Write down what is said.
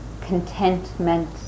contentment